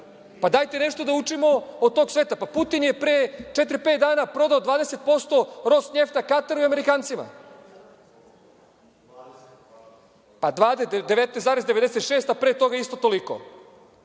Pa, dajte nešto da učimo od tog sveta. Pa, Putin je pre četiri-pet dana prodao 20% „Rosnjefta“ Katarima i Amerikancima, 19,96%, a pre toga isto toliko